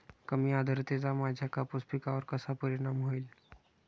कमी आर्द्रतेचा माझ्या कापूस पिकावर कसा परिणाम होईल?